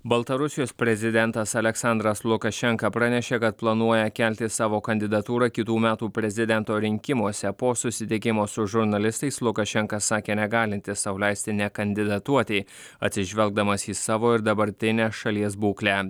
baltarusijos prezidentas aleksandras lukašenka pranešė kad planuoja kelti savo kandidatūrą kitų metų prezidento rinkimuose po susitikimo su žurnalistais lukašenka sakė negalintis sau leisti nekandidatuoti atsižvelgdamas į savo ir dabartinę šalies būklę